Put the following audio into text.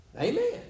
Amen